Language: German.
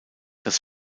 das